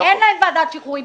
חברת הכנסת ברקו.